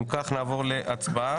אם כך נעבור להצבעה.